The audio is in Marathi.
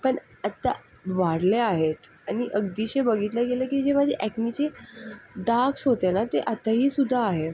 पण आता वाढले आहेत आणि अगदीच बघितलं गेलं की जे माझे एक्नेचे डाग्स होते ना ते आताहीसुद्धा आहे